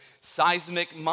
seismic